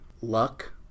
luck